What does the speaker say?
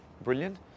brilliant